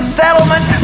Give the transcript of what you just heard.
settlement